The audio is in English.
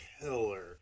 killer